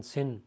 Sin